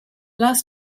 last